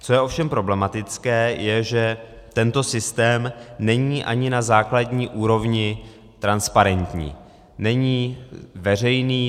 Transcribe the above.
Co je ovšem problematické, je to, že tento systém není ani na základní úrovni transparentní, není veřejný.